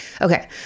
Okay